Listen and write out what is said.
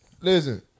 Listen